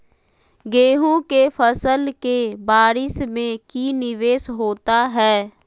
गेंहू के फ़सल के बारिस में की निवेस होता है?